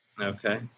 Okay